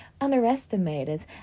underestimated